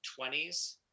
20s